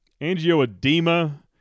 Angioedema